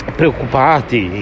preoccupati